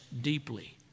deeply